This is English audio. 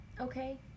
okay